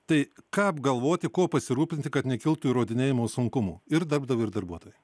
tai ką apgalvoti kuo pasirūpinti kad nekiltų įrodinėjimo sunkumų ir darbdaviui ir darbuotojui